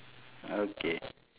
okay